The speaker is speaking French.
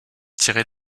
tirés